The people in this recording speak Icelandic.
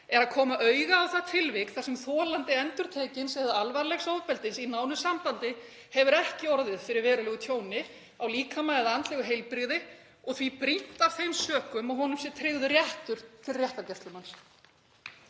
er að koma auga á það tilvik þar sem þolandi endurtekins eða alvarlegs ofbeldis í nánu sambandi hefur ekki orðið fyrir verulegu tjóni á líkama eða andlegu heilbrigði og því brýnt af þeim sökum að honum sé tryggður réttur til réttargæslumanns.